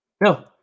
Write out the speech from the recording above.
No